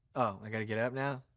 oh, i got to get up now?